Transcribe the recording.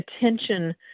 attention